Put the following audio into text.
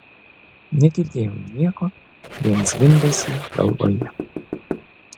negirdėjau nieko vien zvimbesį galvoje